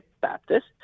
baptist